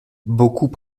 beaucoup